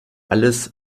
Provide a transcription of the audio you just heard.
alles